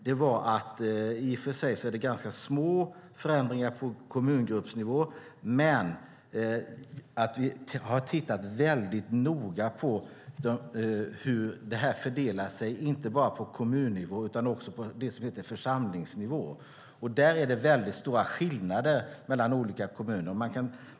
Det är i och för sig ganska små förändringar på kommungruppsnivå, men vi har tittat mycket noga på hur detta fördelar sig inte bara på kommunnivå utan även på det som heter församlingsnivå. Där är det väldigt stora skillnader mellan olika kommuner.